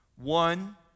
One